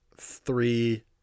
three